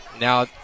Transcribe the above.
Now